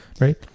right